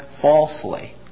falsely